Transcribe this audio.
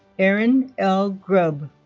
erin l. grubb